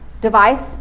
device